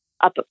up